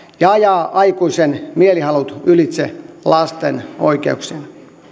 ja ajaa aikuisen mielihalut ylitse lasten oikeuksien